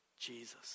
Jesus